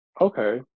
Okay